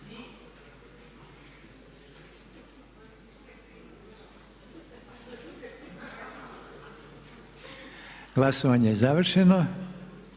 Glasovanje je završeno.